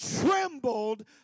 trembled